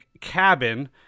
cabin